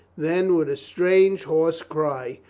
then, with a strange, hoarse cry,